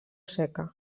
seca